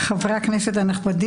כל זה מעיד כאלף עדים שפניך